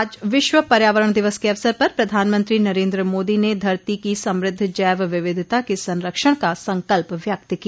आज विश्व पर्यावरण दिवस के अवसर पर प्रधानमंत्री नरेंद्र मोदी ने धरती की समृद्ध जैव विविधता के संरक्षण का संकल्प व्यक्त किया